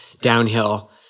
downhill